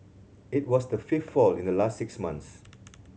it was the fifth fall in the last six months